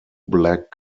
black